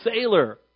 sailor